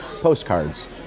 postcards